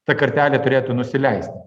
ta kartelė turėtų nusileisti